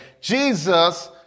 Jesus